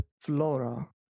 flora